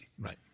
Right